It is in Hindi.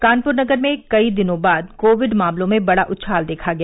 कानप्र नगर में कई दिनों बाद कोविड मामलों में बड़ा उछाल देखा गया